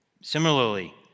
Similarly